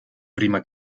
prima